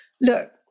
look